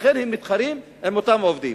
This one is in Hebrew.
לכן הם מתחרים עם אותם עובדים.